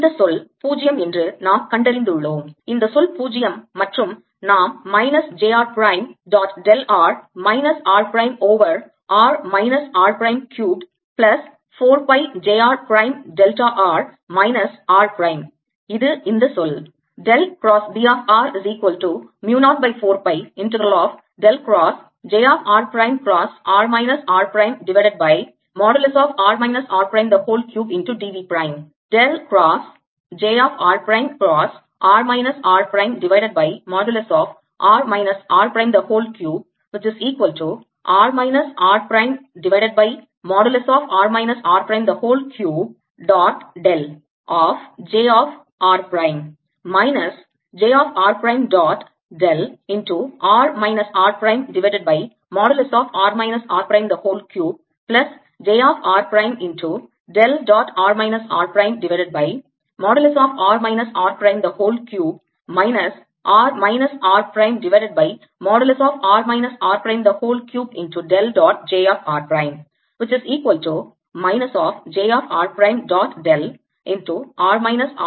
இந்த சொல் 0 என்று நாம் கண்டறிந்துள்ளோம் இந்த சொல் பூஜ்ஜியம் மற்றும் நாம் minus j r prime dot del r minus r prime over r minus r prime cubed plus 4 pi j r prime delta r minus r prime இது இந்த சொல்